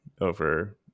over